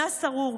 אנס ארור,